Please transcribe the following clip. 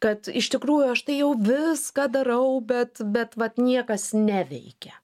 kad iš tikrųjų aš tai jau viską darau bet bet vat niekas neveikia